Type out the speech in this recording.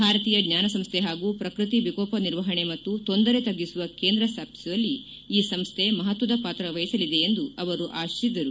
ಭಾರತೀಯ ಜ್ವಾನ ಸಂಸ್ಥೆ ಹಾಗೂ ಪ್ರಕೃತಿ ವಿಕೋಪ ನಿರ್ವಹಣೆ ಮತ್ತು ತೊಂದರೆ ತಗ್ಗಿಸುವ ಕೇಂದ್ರ ಸ್ಥಾಪಿಸುವಲ್ಲಿ ಈ ಸಂಸ್ಥೆ ಮಹತ್ವದ ಪಾತ್ರ ವಹಿಸಲಿದೆ ಎಂದು ಅವರು ಆಶಿಸಿದರು